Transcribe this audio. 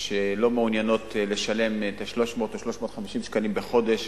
שלא מעוניינות לשלם את 300 או 350 השקלים בחודש